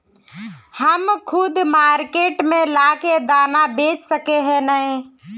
हम खुद मार्केट में ला के दाना बेच सके है नय?